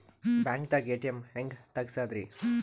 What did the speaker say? ಬ್ಯಾಂಕ್ದಾಗ ಎ.ಟಿ.ಎಂ ಹೆಂಗ್ ತಗಸದ್ರಿ?